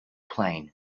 plain